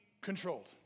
controlled